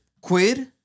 quid